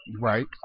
Right